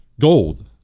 Gold